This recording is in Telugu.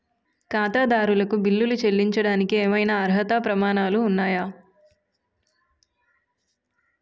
ఖాతాదారులకు బిల్లులు చెల్లించడానికి ఏవైనా అర్హత ప్రమాణాలు ఉన్నాయా?